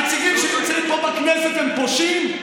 הנציגים שנמצאים פה בכנסת הם פושעים?